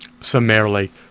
summarily